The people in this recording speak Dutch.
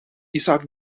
isaac